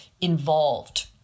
involved